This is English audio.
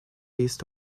east